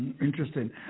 interesting